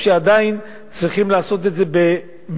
או שעדיין צריכים לעשות את זה במדורג,